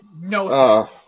No